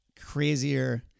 crazier